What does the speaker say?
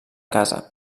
casa